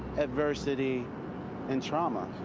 adversity and trauma.